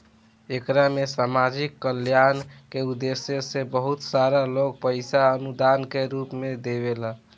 एकरा में सामाजिक कल्याण के उद्देश्य से बहुत सारा लोग पईसा अनुदान के रूप में देवेला